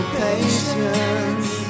patience